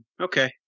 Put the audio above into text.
okay